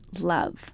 love